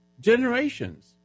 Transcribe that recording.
Generations